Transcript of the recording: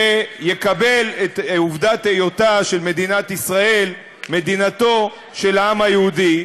שיקבל את עובדת היותה של מדינת ישראל מדינתו של העם היהודי.